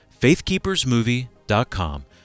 faithkeepersmovie.com